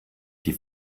die